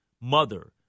mother